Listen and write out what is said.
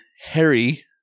harry